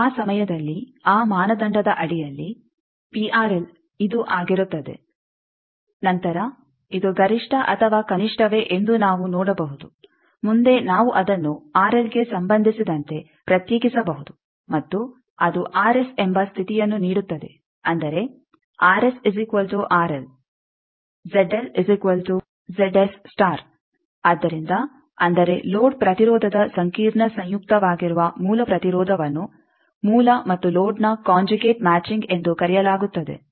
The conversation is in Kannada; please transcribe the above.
ಆ ಸಮಯದಲ್ಲಿ ಆ ಮಾನದಂಡದ ಅಡಿಯಲ್ಲಿ ಇದು ಆಗಿರುತ್ತದೆ ನಂತರ ಇದು ಗರಿಷ್ಠ ಅಥವಾ ಕನಿಷ್ಠವೇ ಎಂದು ನಾವು ನೋಡಬಹುದು ಮುಂದೆ ನಾವು ಅದನ್ನು ಗೆ ಸಂಬಂಧಿಸಿದಂತೆ ಪ್ರತ್ಯೇಕಿಸಬಹುದು ಮತ್ತು ಅದು ಎಂಬ ಸ್ಥಿತಿಯನ್ನು ನೀಡುತ್ತದೆ ಅಂದರೆ ಆದ್ದರಿಂದ ಅಂದರೆ ಲೋಡ್ ಪ್ರತಿರೋಧದ ಸಂಕೀರ್ಣ ಸಂಯುಕ್ತವಾಗಿರುವ ಮೂಲ ಪ್ರತಿರೋಧವನ್ನು ಮೂಲ ಮತ್ತು ಲೋಡ್ನ ಕೊಂಜುಗೇಟ್ ಮ್ಯಾಚಿಂಗ್ ಎಂದು ಕರೆಯಲಾಗುತ್ತದೆ